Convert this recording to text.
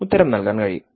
ഉത്തരം നൽകാൻ കഴിയും